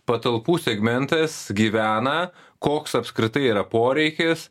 patalpų segmentas gyvena koks apskritai yra poreikis